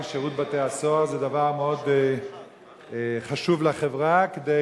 כי שירות בתי-הסוהר זה דבר מאוד חשוב לחברה כדי